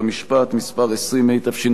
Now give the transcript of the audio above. התשע"ב 2012,